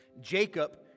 Jacob